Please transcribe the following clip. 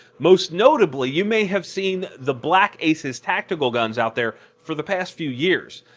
most notably you may have seen the black aces tactical guns out there for the past few years.